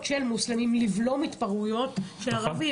של מוסלמים לבלום התפרעויות של ערבים.